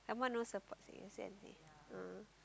some more no support seh kesian seh ah